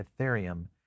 ethereum